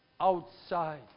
outside